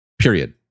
Period